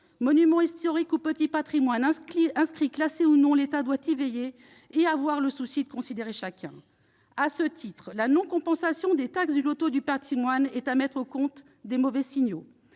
Monument historique ou petit patrimoine, inscrit, classé ou non, l'État doit y veiller et avoir le souci de considérer chaque entité. À ce titre, la non-compensation des taxes du loto du patrimoine est à mettre au compte des mauvais signaux.